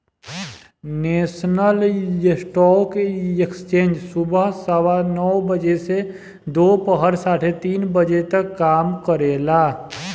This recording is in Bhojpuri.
नेशनल स्टॉक एक्सचेंज सुबह सवा नौ बजे से दोपहर साढ़े तीन बजे तक काम करेला